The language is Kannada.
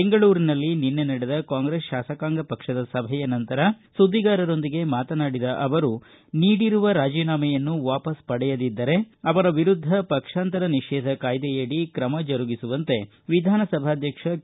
ಬೆಂಗಳೂರಿನಲ್ಲಿ ನಿನ್ನೆ ನಡೆದ ಕಾಂಗ್ರೆಸ್ ಶಾಸಕಾಂಗ ಪಕ್ಷದ ಸಭೆಯ ನಂತರ ಸುದ್ದಿಗಾರರೊಂದಿಗೆ ಮಾತನಾಡಿದ ಅವರು ನೀಡಿರುವ ರಾಜಿನಾಮೆಯನ್ನು ವಾಪಸ್ ಪಡೆಯದಿದ್ದರೆ ಅವರ ವಿರುದ್ಧ ಪಕ್ಷಾಂತರ ನಿಷೇಧ ಕಾಯ್ದೆಯಡಿ ತ್ರಮ ಜರುಗಿಸುವಂತೆ ವಿಧಾನಸಭಾಧ್ವಕ್ಷ ಕೆ